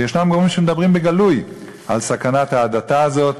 ויש גורמים שמדברים בגלוי על סכנת ההדתה הזאת.